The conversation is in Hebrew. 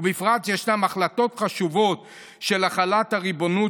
ובפרט שישנן החלטות חשובות של החלת הריבונות,